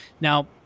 Now